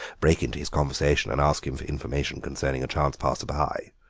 break into his conversation, and ask him for information concerning a chance passer-by.